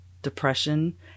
depression